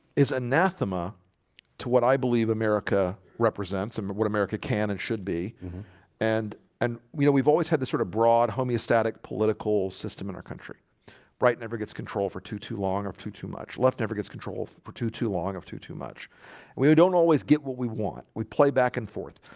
is anathema to what? i believe america represents and but what america can and should be and and you know we've always had this sort of broad homeostatic political system in our country right never gets control for to too long or to too much left never gets control for to too long of to too much we we don't always get what we want. we play back and forth.